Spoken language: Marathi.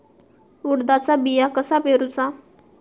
उडदाचा बिया कसा पेरूचा?